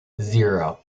zero